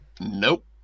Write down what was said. nope